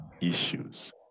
issues